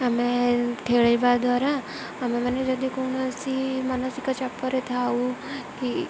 ଆମେ ଖେଳିବା ଦ୍ୱାରା ଆମେ ମାନେ ଯଦି କୌଣସି ମାନସିକ ଚାପରେ ଥାଉ କି